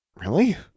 Really